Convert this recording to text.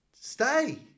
Stay